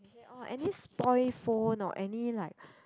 orh any spoil phone or any like